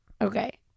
Okay